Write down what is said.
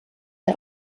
der